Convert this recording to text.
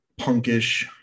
punkish